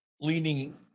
leaning